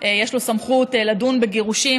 יש לו סמכות לדון בגירושים,